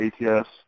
ATS